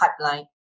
pipeline